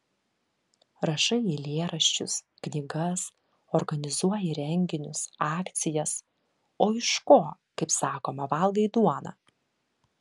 rašai eilėraščius knygas organizuoji renginius akcijas o iš ko kaip sakoma valgai duoną